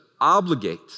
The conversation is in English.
obligate